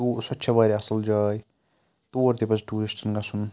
سۄ تہِ چھےٚ واریاہ اَصل جاے تور تہِ پَزِ ٹوٗرسٹَن گَژھُن